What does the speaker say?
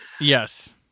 Yes